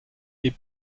est